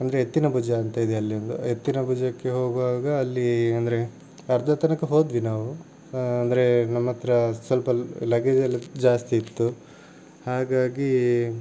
ಅಂದರೆ ಎತ್ತಿನಭುಜ ಅಂತ ಇದೆ ಅಲ್ಲಿಯೊಂದು ಎತ್ತಿನಭುಜಕ್ಕೆ ಹೋಗುವಾಗ ಅಲ್ಲಿ ಅಂದರೆ ಅರ್ಧ ತನಕ ಹೋದ್ವಿ ನಾವು ಅಂದರೆ ನಮ್ಮ ಹತ್ರ ಸ್ವಲ್ಪ ಲಗೇಜ್ ಎಲ್ಲ ಜಾಸ್ತಿ ಇತ್ತು ಹಾಗಾಗಿ